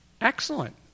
Excellent